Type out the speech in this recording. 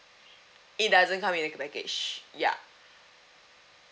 it doesn't come in a package ya